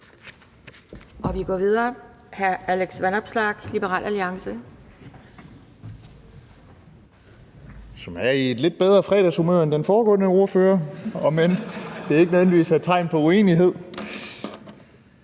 Jeg er i et lidt bedre fredagshumør end den foregående ordfører, om end det ikke nødvendigvis er et tegn på uenighed.